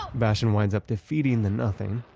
um bastian winds up defeating the nothing.